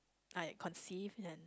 like conceive and